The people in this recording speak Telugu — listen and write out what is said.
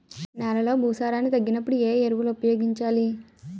నెలలో భూసారాన్ని తగ్గినప్పుడు, ఏ ఎరువులు ఉపయోగించాలి?